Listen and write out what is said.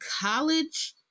college